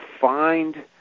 find